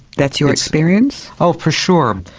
that's your experience? oh, for sure.